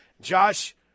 Josh